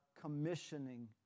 commissioning